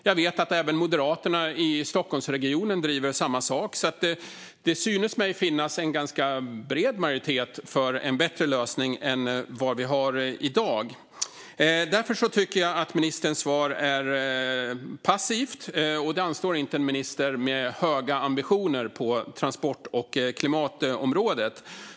Jag vet att även Moderaterna i Stockholmsregionen driver samma sak, så det synes mig finnas en ganska bred majoritet för en bättre lösning än vad vi har i dag. Därför tycker jag att ministern svar är passivt, och det anstår inte en minister med höga ambitioner på transport och klimatområdet.